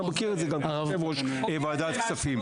אתה מכיר את זה מוועדת כספים.